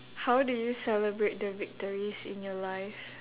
how do you celebrate the victories in your life